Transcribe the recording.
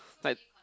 like